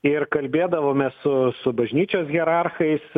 ir kalbėdavome su su bažnyčios hierarchais